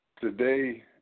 Today